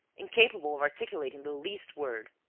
incapable of articulating the least word.